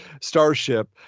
starship